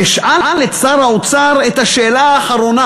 אשאל את שר האוצר את השאלה האחרונה